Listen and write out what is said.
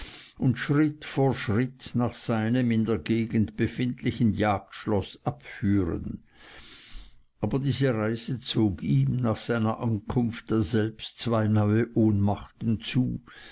und schritt vor schritt nach seinem in der gegend befindlichen jagdschloß abführen aber diese reise zog ihm nach seiner ankunft daselbst zwei neue ohnmachten zu